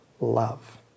love